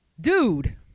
dude